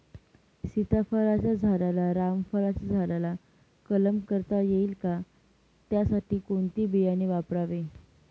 सीताफळाच्या झाडाला रामफळाच्या झाडाचा कलम करता येईल का, त्यासाठी कोणते बियाणे वापरावे?